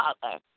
Father